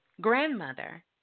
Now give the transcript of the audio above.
grandmother